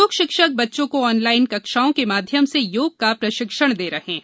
योग शिक्षक बच्चों को ऑनलाइन कक्षाओं के माध्यम से योग का प्रशिक्षण दे रहे हैं